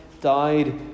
died